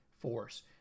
force